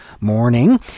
morning